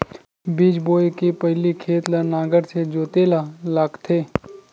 बीज बोय के पहिली खेत ल नांगर से जोतेल लगथे?